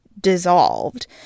Dissolved